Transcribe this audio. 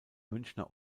münchner